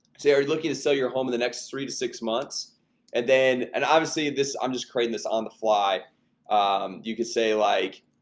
say are you looking to sell your home in the next three to six months and then and obviously this i'm just creating this on the fly um you could say like